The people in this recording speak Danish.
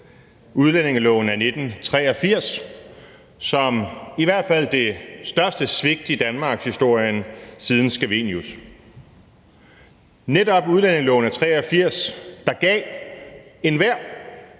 udlændingeloven fra 1983 som i hvert fald det største svigt i danmarkshistorien siden Scavenius. Netop udlændingeloven af 1983, der gav enhver